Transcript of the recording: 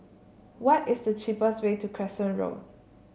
what is the cheapest way to Crescent Road